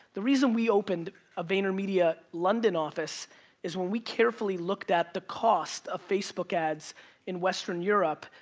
the reason we opened a vaynermedia london office is when we carefully looked at the cost of facebook ads in western europe,